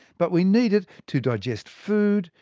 but we need it to digest food,